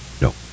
No